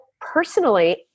personally